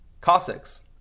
Cossacks